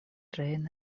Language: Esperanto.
reen